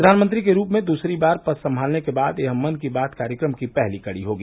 प्रधानमंत्री के रूप में दूसरी बार पद संभालने के बाद यह मन की बात कार्यक्रम की पहली कड़ी होगी